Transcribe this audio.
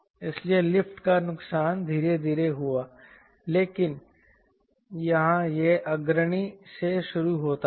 इसलिए लिफ्ट का नुकसान धीरे धीरे हुआ लेकिन यहां यह अग्रणी से शुरू होता है